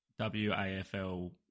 WAFL